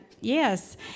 Yes